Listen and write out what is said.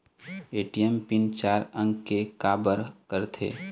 ATM pin चार अंक के का बर करथे?